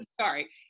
Sorry